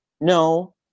no